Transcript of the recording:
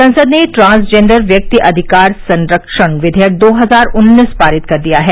संसद ने ट्रांसजेंडर व्यक्ति अधिकार संरक्षण विधेयक दो हजार उन्नीस पारित कर दिया है